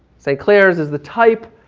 st. clair's is the type,